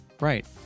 Right